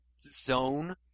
zone